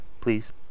please